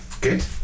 Good